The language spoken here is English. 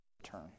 return